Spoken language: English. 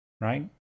right